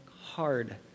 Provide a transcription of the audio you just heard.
hard